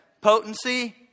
...potency